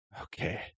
Okay